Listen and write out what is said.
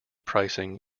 pricing